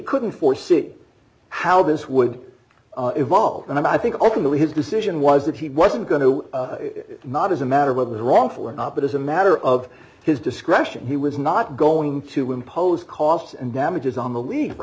couldn't foresee how this would evolve and i think ultimately his decision was that he wasn't going to not as a matter of the wrongful or not but as a matter of his discretion he was not going to impose costs and damages on the lead for